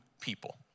people